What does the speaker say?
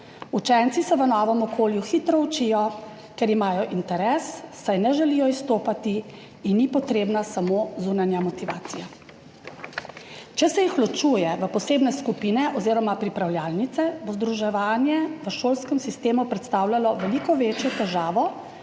Učenci se v novem okolju hitro učijo, ker imajo interes, saj ne želijo izstopati in ni potrebna samo zunanja motivacija. Če se jih ločuje v posebne skupine oziroma pripravljalnice, bo združevanje v šolskem sistemu predstavljalo veliko večjo težavo,